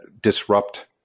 disrupt